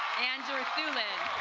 andrew thulin.